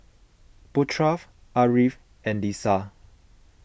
Putra Ariff and Lisa